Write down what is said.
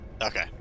Okay